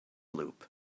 loop